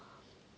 mm